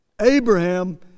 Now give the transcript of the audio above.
Abraham